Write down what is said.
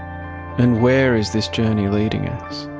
and where is this journey leading us?